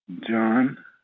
John